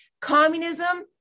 Communism